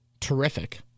Terrific